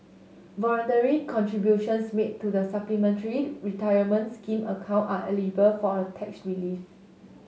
voluntary contributions made to the Supplementary Retirement Scheme account are eligible for a tax relief